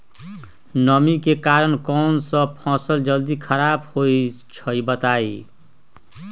नमी के कारन कौन स फसल जल्दी खराब होई छई बताई?